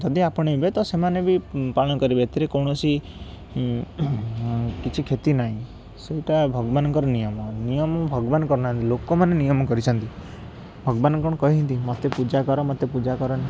ଯଦି ଆପଣେଇବେ ତ ସେମାନେ ବି ଉଁ ପାଳନ କରିବେ ଏଥିରେ କୌଣସି ଉଁ କିଛି କ୍ଷତି ନାହିଁ ସେଇଟା ଭଗବାନଙ୍କର ନିୟମ ନିୟମ ଭଗବାନ କରିନାହାନ୍ତି ଲୋକମାନେ ନିୟମ କରିଛନ୍ତି ଭଗବାନ କ'ଣ କହିଛନ୍ତି ମୋତେ ପୂଜା କର ମୋତେ ପୂଜା କରନି